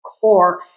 core